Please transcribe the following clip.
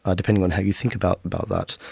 ah depending on how you think about about that.